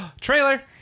trailer